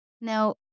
Now